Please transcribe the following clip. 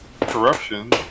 corruption